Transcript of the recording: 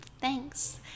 thanks